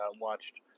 watched